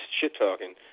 shit-talking